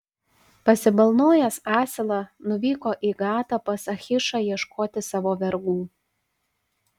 pasibalnojęs asilą nuvyko į gatą pas achišą ieškoti savo vergų